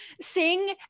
sing